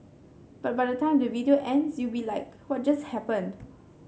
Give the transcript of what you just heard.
but by the time the video ends you'll be like what just happened